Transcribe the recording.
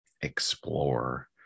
explore